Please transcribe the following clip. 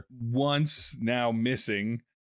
once-now-missing